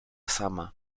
sama